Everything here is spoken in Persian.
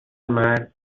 مرد